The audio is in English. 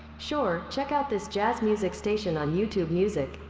sure. check out this jazz music station on youtube music.